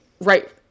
right